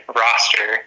roster